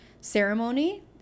ceremony